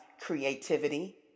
Creativity